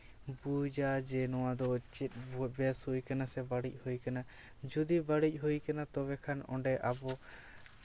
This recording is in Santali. ᱵᱩᱡᱟ ᱡᱮ ᱱᱚᱣᱟ ᱫᱚ ᱪᱮᱫ ᱵᱮᱥ ᱦᱩᱭ ᱠᱟᱱᱟ ᱥᱮ ᱵᱟᱹᱲᱤᱡ ᱦᱩᱭ ᱠᱟᱱᱟ ᱡᱩᱫᱤ ᱵᱟᱹᱲᱤᱡ ᱦᱩᱭ ᱠᱟᱱᱟ ᱛᱚᱵᱮ ᱠᱷᱟᱱ ᱚᱸᱰᱮ ᱟᱵᱚ